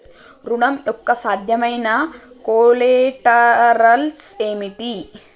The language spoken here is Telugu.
ఋణం యొక్క సాధ్యమైన కొలేటరల్స్ ఏమిటి?